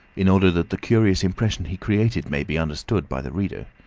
in order that the curious impression he created may be understood by the reader.